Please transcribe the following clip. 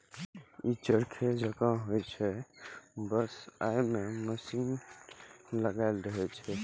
ई चरखे जकां होइ छै, बस अय मे मशीन लागल रहै छै